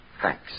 Thanks